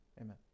Amen